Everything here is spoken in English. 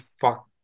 fuck